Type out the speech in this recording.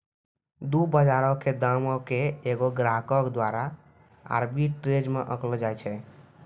दु बजारो के दामो के एगो ग्राहको द्वारा आर्बिट्रेज मे आंकलो जाय छै